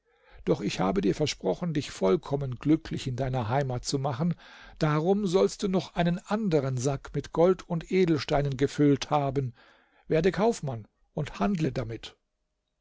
doch ich habe dir versprochen dich vollkommen glücklich in deiner heimat zu machen darum sollst du noch einen anderen sack mit gold und edelsteinen gefüllt haben werde kaufmann und handle damit